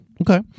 Okay